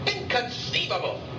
Inconceivable